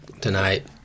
tonight